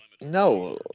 no